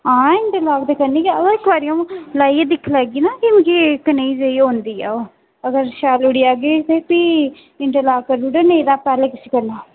हां इंटरलाक ते करनी गै अबा इक बारी अ'ऊं लाइयै दिक्खी लैह्गी ना क्योंकि कनेही जेही औंदी ऐ ओह् अगर शैल उठी आह्गी ते भी इंटरलाक करी ओड़ेओ निं ते पैह्लें किसी करना